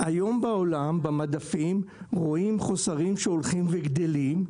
היום בעולם במדפים רואים חוסרים שהולכים וגדלים,